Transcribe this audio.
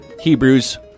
Hebrews